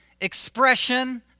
expression